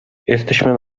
jesteśmy